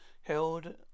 held